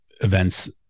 events